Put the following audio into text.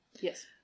Yes